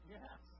Yes